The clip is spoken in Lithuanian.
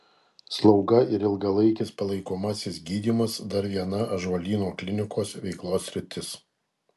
slauga ir ilgalaikis palaikomasis gydymas dar viena ąžuolyno klinikos veiklos sritis